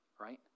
right